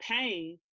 pain